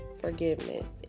forgiveness